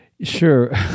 Sure